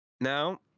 Now